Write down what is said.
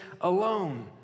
alone